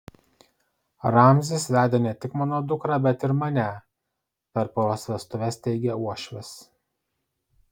ramzis vedė ne tik mano dukrą bet ir mane per poros vestuves teigė uošvis